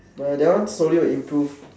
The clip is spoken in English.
no eh that one slowly will improve